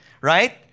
right